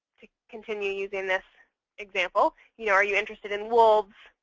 to continue using this example you know are you interested in wolves,